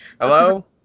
Hello